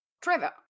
Trevor